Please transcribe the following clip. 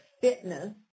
fitness